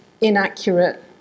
inaccurate